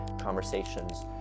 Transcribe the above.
conversations